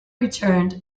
returned